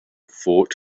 fought